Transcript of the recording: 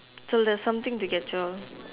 so that's something to get your